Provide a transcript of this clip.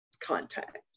contact